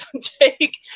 take